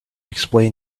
explain